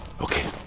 Okay